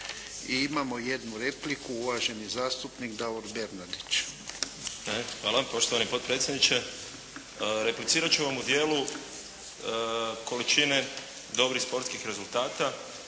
I imamo jednu repliku, uvaženi zastupnik Davor Bernardić. **Bernardić, Davor (SDP)** Hvala, poštovani potpredsjedniče. Replicirati ću vam u dijelu količine dobrih sportskih rezultata